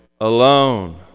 alone